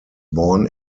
born